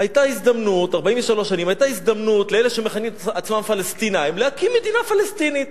היתה הזדמנות לאלה שמכנים את עצמם פלסטינים להקים מדינה פלסטינית.